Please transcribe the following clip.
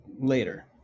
later